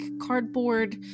cardboard